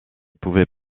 pouvait